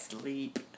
sleep